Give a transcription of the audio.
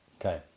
Okay